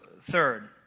third